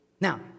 Now